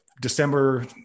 December